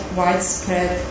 widespread